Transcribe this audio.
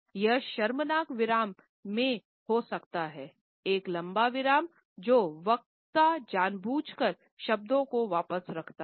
यह शर्मनाक विराम में हो सकता है एक लंबा विराम जब वक्ता जानबूझकर शब्दों को वापस रखता है